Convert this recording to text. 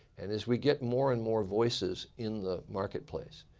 and as we get more and more voices in the marketplace,